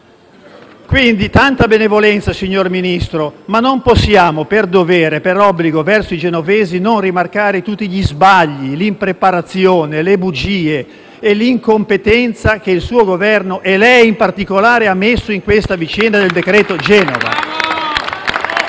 Quindi tanta benevolenza, signor Ministro, ma non possiamo, per dovere e obbligo verso i genovesi, non rimarcare tutti gli sbagli, l'impreparazione, le bugie e l'incompetenza che il suo Governo, e lei in particolare, ha mostrato nella vicenda del decreto-legge